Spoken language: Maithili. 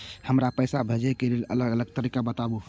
हमरा पैसा भेजै के लेल अलग अलग तरीका बताबु?